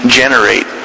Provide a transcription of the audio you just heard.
generate